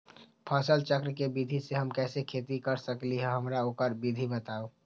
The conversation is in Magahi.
फसल चक्र के विधि से हम कैसे खेती कर सकलि ह हमरा ओकर विधि बताउ?